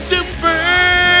Super